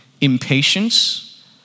impatience